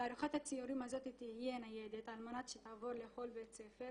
תערוכת הציורים הזאת תהיה ניידת על מנת שתעבור לכל בית ספר